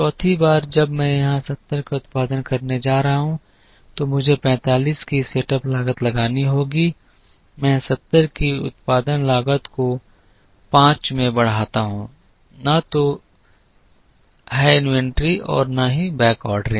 चौथी बार जब मैं यहां 70 का उत्पादन करने जा रहा हूं तो मुझे 45 की सेटअप लागत लगानी होगी मैं 70 की उत्पादन लागत को 5 में बढ़ाता हूं न तो है इन्वेंट्री और न ही बैकऑर्डरिंग